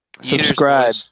subscribe